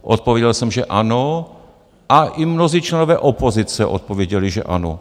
Odpověděl jsem, že ano a i mnozí členové opozice odpověděli, že ano.